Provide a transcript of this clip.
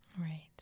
Right